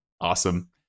Awesome